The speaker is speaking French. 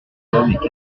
quasiment